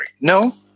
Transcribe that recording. no